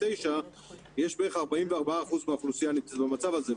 בערך 44% מהאוכלוסייה נמצאת במצב הזה,